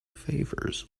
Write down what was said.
favours